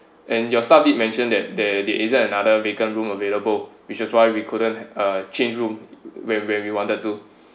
and your staff did mentioned that there there isn't another vacant room available which is why we couldn't change room when when we wanted to